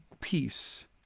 peace